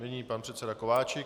Nyní pan předseda Kováčik.